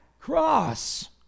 cross